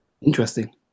Interesting